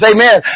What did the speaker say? Amen